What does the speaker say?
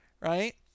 right